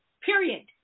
period